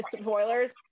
Spoilers